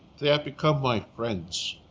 they have become my friends.